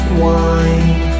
wine